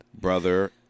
brother